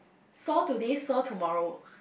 sore today soar tomorrow